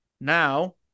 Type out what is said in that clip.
now